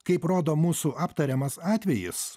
kaip rodo mūsų aptariamas atvejis